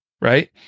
Right